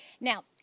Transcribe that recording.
Now